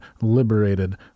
Liberated